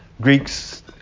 Greeks